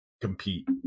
compete